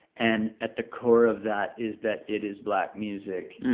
and at the core of that is that it is black music.